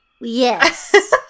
Yes